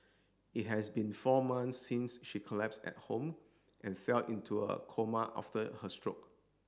it has been four months since she collapsed at home and fell into a coma after her stroke